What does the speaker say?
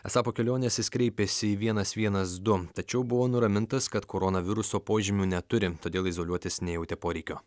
esą po kelionės jis kreipėsi į vienas vienas du tačiau buvo nuramintas kad koronaviruso požymių neturi todėl izoliuotis nejautė poreikio